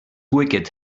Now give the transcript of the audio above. wicked